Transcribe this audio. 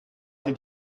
did